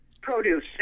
produce